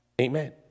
Amen